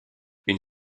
une